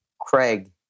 Craig